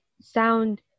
sound